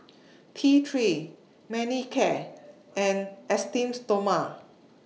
T three Manicare and Esteem Stoma